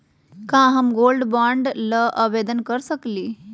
का हम gold bond ल आवेदन कर सकली?